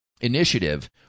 initiative